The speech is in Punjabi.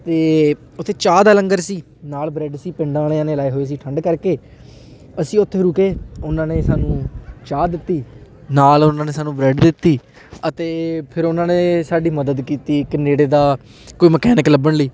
ਅਤੇ ਉੱਥੇ ਚਾਹ ਦਾ ਲੰਗਰ ਸੀ ਨਾਲ ਬ੍ਰੈਡ ਸੀ ਪਿੰਡਾਂ ਵਾਲਿਆਂ ਨੇ ਲਾਏ ਹੋਏ ਸੀ ਠੰਡ ਕਰਕੇ ਅਸੀਂ ਉੱਥੇ ਰੁਕੇ ਉਹਨਾਂ ਨੇ ਸਾਨੂੰ ਚਾਹ ਦਿੱਤੀ ਨਾਲ ਉਹਨਾਂ ਨੇ ਸਾਨੂੰ ਬ੍ਰੈਡ ਦਿੱਤੀ ਅਤੇ ਫਿਰ ਉਹਨਾਂ ਨੇ ਸਾਡੀ ਮਦਦ ਕੀਤੀ ਇੱਕ ਨੇੜੇ ਦਾ ਕੋਈ ਮਕੈਨਿਕ ਲੱਭਣ ਲਈ